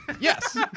Yes